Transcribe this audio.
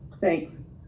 Thanks